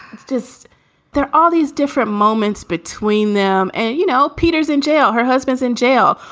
it's just there are all these different moments between them. and, you know, peter's in jail. her husband's in jail.